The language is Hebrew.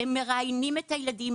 הם מראיינים את הילדים.